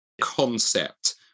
concept